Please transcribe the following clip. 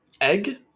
Egg